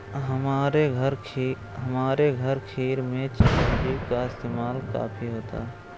हमारे घर खीर में चिरौंजी का इस्तेमाल काफी होता है